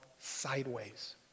sideways